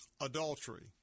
adultery